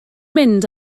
mynd